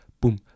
Boom